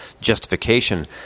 justification